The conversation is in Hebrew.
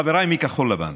חבריי מכחול לבן,